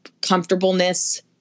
comfortableness